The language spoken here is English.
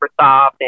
Microsoft